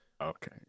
Okay